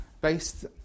based